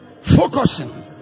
Focusing